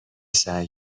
سعی